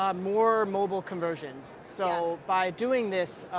um more mobile conversions. so by doing this,